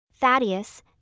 Thaddeus